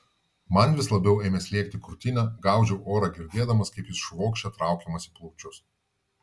man vis labiau ėmė slėgti krūtinę gaudžiau orą girdėdamas kaip jis švokščia traukiamas į plaučius